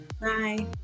Bye